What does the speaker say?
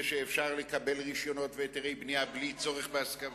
ואפשר לקבל רשיונות והיתרי בנייה בלי צורך בהסכמות.